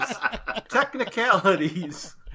Technicalities